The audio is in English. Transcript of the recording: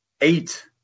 Eight